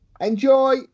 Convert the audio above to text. Enjoy